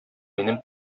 минем